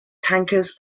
tankers